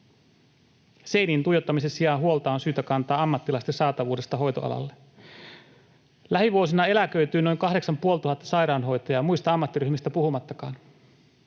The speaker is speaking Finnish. Seiniin tuijottamisen sijaan huolta on syytä kantaa ammattilaisten saatavuudesta hoitoalalle. Lähivuosina eläköityy noin 8 500 sairaanhoitajaa, muista ammattiryhmistä puhumattakaan.